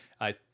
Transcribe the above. I-